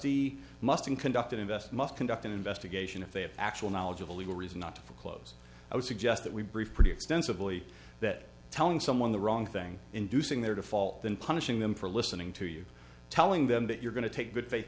trustee must in conduct invest must conduct an investigation if they have actual knowledge of a legal reason not to foreclose i would suggest that we briefed pretty extensively that telling someone the wrong thing inducing their default than punishing them for listening to you telling them that you're going to take good faith